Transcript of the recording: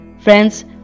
friends